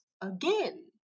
again